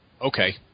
okay